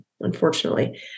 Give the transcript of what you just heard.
unfortunately